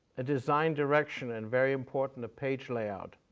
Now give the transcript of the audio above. ah design direction and very important, the page layout,